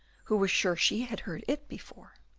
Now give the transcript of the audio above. who was sure she had heard it before.